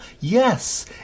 Yes